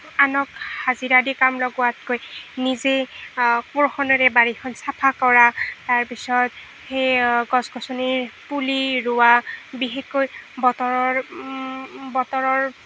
আনক হাজিৰা দি কাম লগোৱাতকৈ নিজে কোৰখনেৰে বাৰীখন চাফা কৰা তাৰ পিছত সেই গছ গছনিৰ পুলি ৰোৱা বিশেষকৈ বতৰৰ